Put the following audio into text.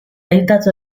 aiutato